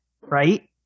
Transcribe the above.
Right